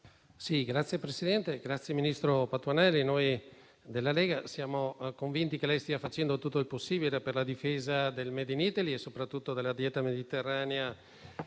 Signor Presidente, ringrazio il ministro Patuanelli. Noi della Lega siamo convinti che lei stia facendo tutto il possibile per la difesa del *made in Italy* e soprattutto della dieta mediterranea